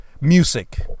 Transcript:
music